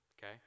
Okay